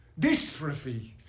Dystrophy